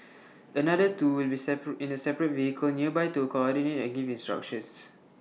another two will in A separate vehicle nearby to coordinate and give instructions